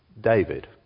David